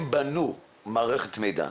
הם בנו מערכת מידע,